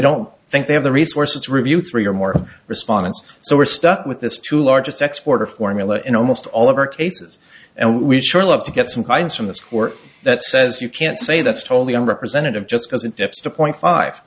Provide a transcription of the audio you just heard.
don't think they have the resources review three or more respondents so we're stuck with this two largest export of formula in almost all of our cases and we sure love to get some guidance from the score that says you can't say that's totally a representative just doesn't dips to point five